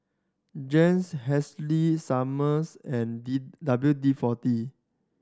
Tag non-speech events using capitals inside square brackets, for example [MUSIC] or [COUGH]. Jays [UNINTELLIGIBLE] Summers and D W D Four D